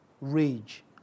rage